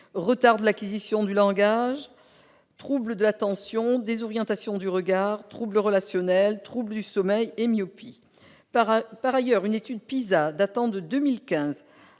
retard dans l'acquisition du langage, troubles de l'attention, désorientation du regard, troubles relationnels, troubles du sommeil et myopie. Par ailleurs, une étude PISA datant de 2015